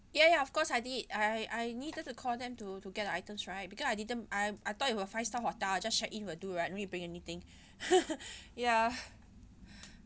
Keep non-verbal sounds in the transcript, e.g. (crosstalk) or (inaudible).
ya ya of course I did I I needed to call them to to get the items right because I didn't I I thought it were five star hotel I just check-in will do right no need to bring anything (breath) (laughs) (breath) ya (breath)